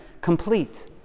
complete